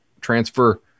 transfer